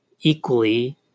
equally